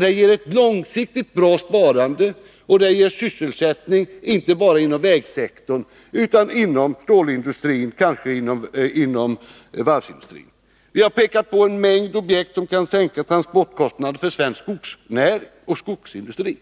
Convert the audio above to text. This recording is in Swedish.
Det ger ett långsiktigt bra sparande och ger sysselsättning, inte bara inom vägsektorn utan även inom stålindustrin och kanske inom varvsindustrin. Vi har pekat på en mängd objekt som kan sänka transportkostnaderna för svensk skogsnäring och skogindustri.